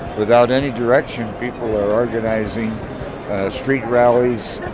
without any direction people are organising street rallies,